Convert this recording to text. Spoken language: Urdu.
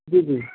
جی جی